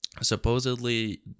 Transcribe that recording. supposedly